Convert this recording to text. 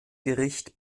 gericht